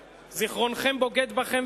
זיכרונכם בוגד בכם,